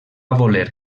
voler